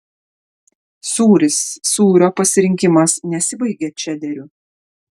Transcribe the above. sūris sūrio pasirinkimas nesibaigia čederiu